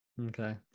Okay